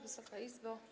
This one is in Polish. Wysoka Izbo!